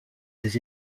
ses